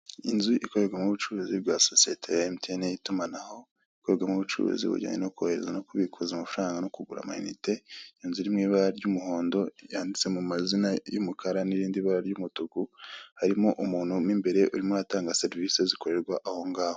Inzu ikorerwamo ubucuruzi bwa sosiyeti ya MTN y'itumanaho, ikorerwamo ubucuruzi bujyanye no kohereza no kubikuza amafaranga no kugura amayinite, inzu iri mu ibara ry'umuhondo, yanditse mu mazina y'umukara n'irindi bara ry'umutuku, harimo umuntu mo imbere urimo aratanga serivisi zikorerwa aho ngaho.